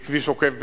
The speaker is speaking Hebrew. כביש עוקף באר-שבע,